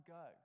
go